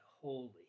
holy